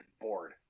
bored